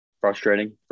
Frustrating